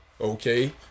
Okay